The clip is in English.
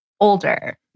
older